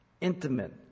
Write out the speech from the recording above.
intimate